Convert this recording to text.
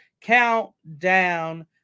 countdown